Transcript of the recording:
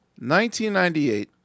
1998